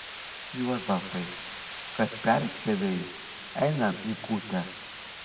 juozapai kad persiavei einam į kūtę